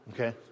Okay